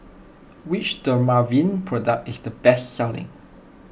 which Dermaveen product is the best selling